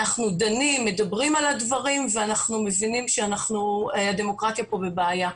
אנחנו דנים ומדברים על הדברים ואנחנו מבינים שהדמוקרטיה כאן בבעיה.